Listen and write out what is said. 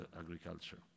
agriculture